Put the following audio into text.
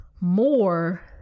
more